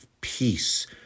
peace